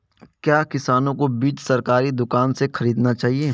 क्या किसानों को बीज सरकारी दुकानों से खरीदना चाहिए?